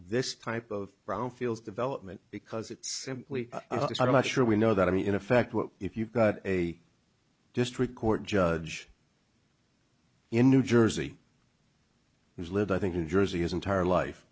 this type of brownfields development because it's simply this i'm not sure we know that i mean in effect what if you've got a district court judge in new jersey who's lived i think in jersey his entire life